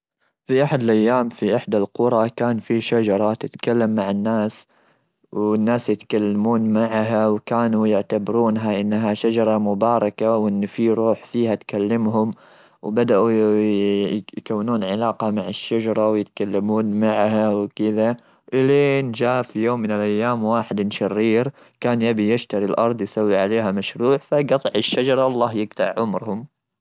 كان في شجره تتحدث للناس ,وكان الناس يتحدثون لها ,وكان كل يوم يجون الناس يجلسون معها ويتكلمون معها ,وكانت هذه هي السر اللي في القريه وما كان احد يعرفها غير اهل القريه وكانوا محافظين على هذا السر ولما جاء شخص يبي ياخذ القريه منهم كلهم وقفوا له حموه وحمو الشجره وما قدر ياخذها.